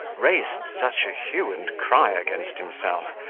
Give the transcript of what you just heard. raised such a hue and cry against himself,